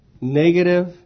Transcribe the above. negative